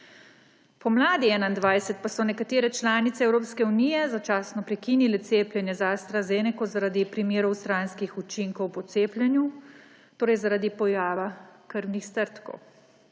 Pomladi 2021 pa so nekatere članice Evropske unije začasno prekinile cepljenje z AstraZeneco zaradi primerov stranskih učinkov po cepljenju, torej zaradi pojava krvnih strdkov.